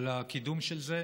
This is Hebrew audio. על הקידום של זה,